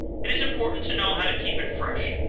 it is important to know how to keep it fresh.